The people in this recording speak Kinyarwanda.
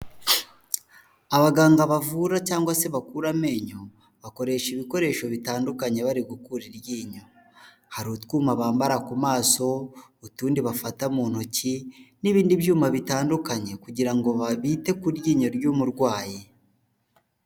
Abaganga bavura cyangwa se bakura amenyo, bakoresha ibikoresho bitandukanye bari gukura iryinyo, hari utwuma bambara ku maso, utundi bafata mu ntoki n'ibindi byuma bitandukanye kugira ngo bite ku ryinyo ry'umurwayi.